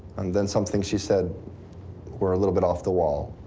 and then some things she said were a little bit off the wall.